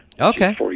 Okay